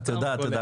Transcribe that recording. תודה.